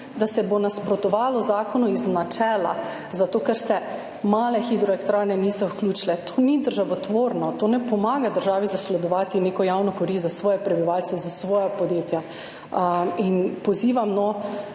da se bo nasprotovalo zakonu iz načela, zato ker se niso vključile male hidroelektrarne. To ni državotvorno, to ne pomaga državi zasledovati neke javne koristi za svoje prebivalce, za svoja podjetja in pozivam, da